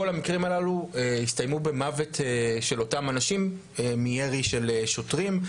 כל המקרים הללו הסתיימו במוות של אותם אנשים מירי של שוטרים.